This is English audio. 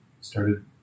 started